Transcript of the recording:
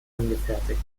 angefertigt